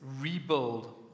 rebuild